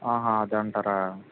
అది అంటారా